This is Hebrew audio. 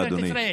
משטרת ישראל.